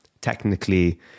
technically